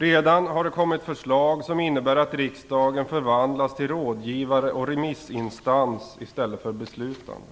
Redan har det kommit förslag som innebär att riksdagen förvandlas till rådgivare och remissinstans i stället för att vara beslutande.